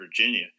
Virginia